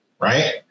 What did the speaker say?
right